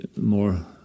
more